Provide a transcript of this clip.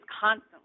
constantly